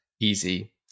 easy